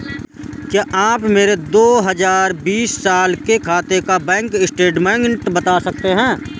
क्या आप मेरे दो हजार बीस साल के खाते का बैंक स्टेटमेंट बता सकते हैं?